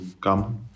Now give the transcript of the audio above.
come